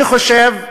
אני חושב,